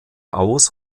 aus